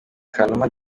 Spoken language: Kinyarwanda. kanuma